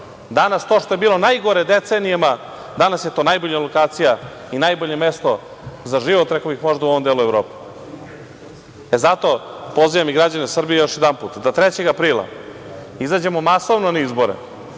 kroče. Danas to što je bilo najgore decenijama, danas je to najbolja lokacija i najbolje mesto za život, rekao bih, možda u ovom delu Evrope i zato pozivam i građane Srbije još jedanput da 3. aprila izađemo masovno na izbore